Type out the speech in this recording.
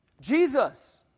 Jesus